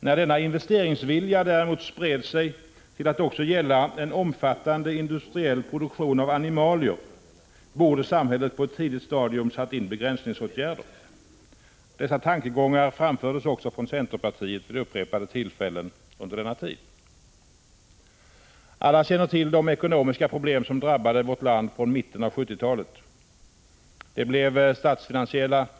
När denna investeringsvilja däremot spred sig till att också gälla en omfattande industriell produktion av animalier, borde samhället på ett tidigt stadium ha satt in begränsningsåtgärder. Dessa tankegångar framfördes också från centerpartiet vid upprepade tillfällen under denna tid. Alla känner till de ekonomiska problem som drabbade vårt land från mitten av 1970-talet.